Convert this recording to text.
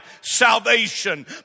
salvation